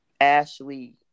Ashley